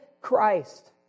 Christ